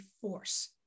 force